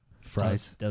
Fries